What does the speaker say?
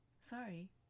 sorry